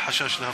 רעבים,